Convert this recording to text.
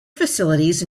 facilities